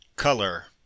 Color